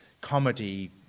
comedy